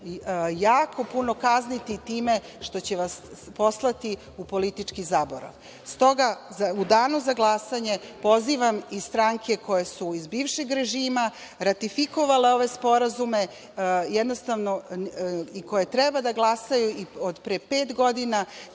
jako puno kazniti, time što će vas poslati u politički zaborav.S toga, u danu za glasanje pozivam i stranke koje su iz bivšeg režima, ratifikovale ove sporazume, jednostavno, i koje treba da glasaju, od pre pet godina,